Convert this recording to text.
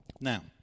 Now